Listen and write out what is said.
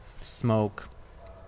smoke